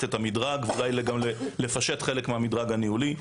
את המדרג ואולי גם לפשט חלק מן המדרג הניהולי.